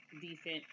decent